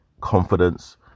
confidence